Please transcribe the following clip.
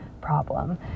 problem